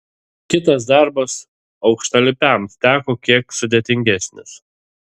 kitas darbas aukštalipiams teko kiek sudėtingesnis